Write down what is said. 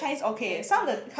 medicine